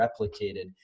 replicated